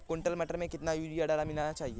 एक कुंटल मटर में कितना यूरिया खाद मिलाना चाहिए?